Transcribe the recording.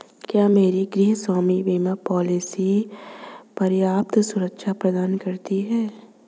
क्या मेरी गृहस्वामी बीमा पॉलिसी पर्याप्त सुरक्षा प्रदान करती है?